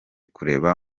kureba